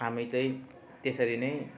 हामी चाहिँ त्यसरी नै